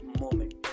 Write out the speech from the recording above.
moment